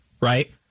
right